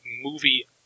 movie